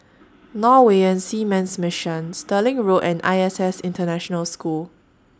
Norwegian Seamen's Mission Stirling Road and I S S International School